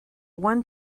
one